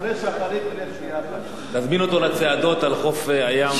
אחרי שחרית, תזמין אותו לצעדות על חוף הים.